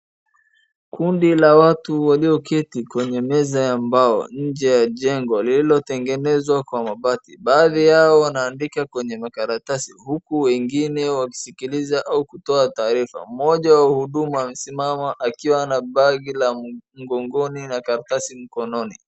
Kundi la watu walioketi kwenye meza ya mbao nje ya jengo lilotengenezwa kwa mabati. Baadhi yao wanaandika kwenye makaratasi huku wengine wakisikiliza au kutoa taarifa .Mmoja wa huduma amesimama akiwa na bag la mgogoni na karatasi mkononi.